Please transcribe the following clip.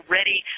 ready